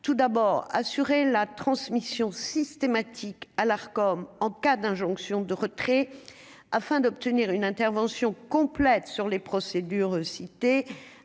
tout d'abord assurer la transmission systématique à l'art comme en cas d'injonction de retrait afin d'obtenir une intervention complètes sur les procédures cité